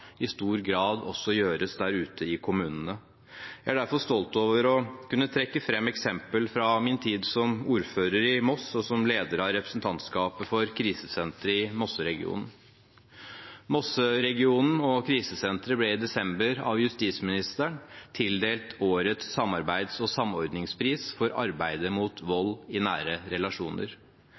i stor grad gjøres der ute i kommunene. Jeg er derfor stolt over å kunne trekke fram et eksempel fra min tid som ordfører i Moss og som leder av representantskapet for krisesenteret i Mosseregionen. Mosseregionen og krisesenteret ble i desember, av justisministeren, tildelt årets samarbeids- og samordningspris for arbeidet mot vold i nære relasjoner.